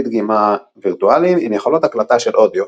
נגינה וירטואליים עם יכולות הקלטה של אודיו,